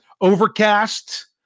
overcast